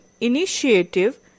initiative